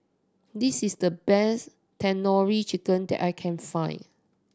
this is the best Tandoori Chicken that I can find